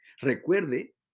Recuerde